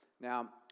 Now